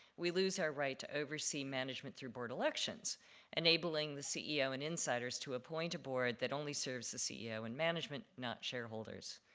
we lose our right to oversee management through board elections enabling the ceo and insiders to appoint a board that only serves ceo and management, not shareholders.